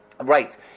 Right